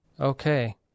Okay